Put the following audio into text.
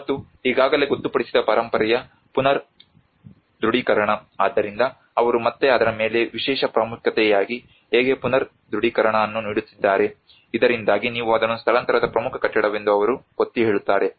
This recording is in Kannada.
ಮತ್ತು ಈಗಾಗಲೇ ಗೊತ್ತುಪಡಿಸಿದ ಪರಂಪರೆಯ ಪುನರ್ ದೃಢೀಕರಣ ಆದ್ದರಿಂದ ಅವರು ಮತ್ತೆ ಅದರ ಮೇಲೆ ವಿಶೇಷ ಪ್ರಾಮುಖ್ಯತೆಯಾಗಿ ಹೇಗೆ ಪುನರ್ ದೃಢೀಕರಣ ಅನ್ನು ನೀಡುತ್ತಿದ್ದಾರೆ ಇದರಿಂದಾಗಿ ನೀವು ಅದನ್ನು ಸ್ಥಳಾಂತರದ ಪ್ರಮುಖ ಕಟ್ಟಡವೆಂದು ಅವರು ಒತ್ತಿಹೇಳುತ್ತಾರೆ